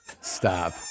Stop